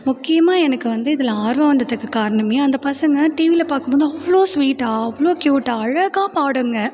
முக்கியமாக எனக்கு வந்து இதில் ஆர்வம் வந்ததுக்கு காரணமே அந்த பசங்கள் டிவியில பார்க்கும்போது அவ்வளோ ஸ்வீட்டாக அவ்வளோ க்யூட்டாக அழகாக பாடுங்கள்